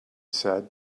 said